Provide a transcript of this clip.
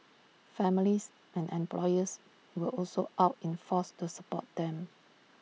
families and employers were also out in force to support them